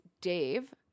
Dave